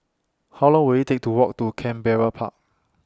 How Long Will IT Take to Walk to Canberra Park